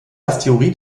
asteroid